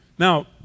Now